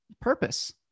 purpose